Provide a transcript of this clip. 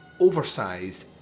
Oversized